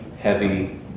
heavy